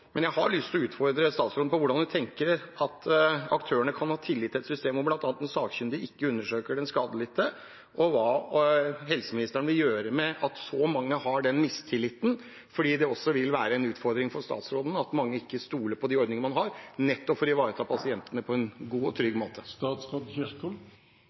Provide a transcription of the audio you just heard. Jeg har lyst til å utfordre statsråden på hvordan hun tenker at aktørene kan ha tillit til et system hvor bl.a. den sakkyndige ikke undersøker den skadelidte, og hva helseministeren vil gjøre med at så mange har slik mistillit, for det vil også være en utfordring for statsråden at mange ikke stoler på de ordningene man har for å ivareta pasientene på en god og